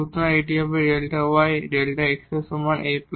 সুতরাং এটি হবে Δ y Δ x এর সমান Aϵ